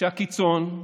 של הקיצון,